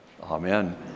amen